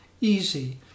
easy